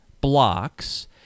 blocks